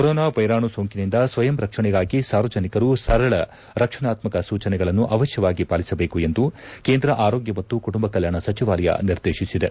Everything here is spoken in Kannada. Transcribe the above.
ಕೊರೋನಾ ವೈರಾಣು ಸೋಂಕಿನಿಂದ ಸ್ವಯಂ ರಕ್ಷಣೆಗಾಗಿ ಸಾರ್ವಜನಿಕರು ಸರಳ ರಕ್ಷಣಾತ್ಮಕ ಸೂಚನೆಗಳನ್ನು ಅವಶ್ವವಾಗಿ ಪಾಲಿಸಬೇಕು ಎಂದು ಕೇಂದ್ರ ಆರೋಗ್ಯ ಮತ್ತು ಕುಟುಂಬ ಕಲ್ಕಾಣ ಸಚಿವಾಲಯ ನಿರ್ದೇತಿಸಿದೆ